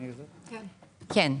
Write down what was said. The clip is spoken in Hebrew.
כן.